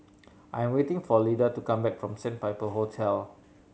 I'm waiting for Lida to come back from Sandpiper Hotel